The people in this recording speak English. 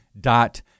dot